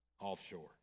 offshore